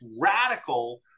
radical